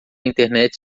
internet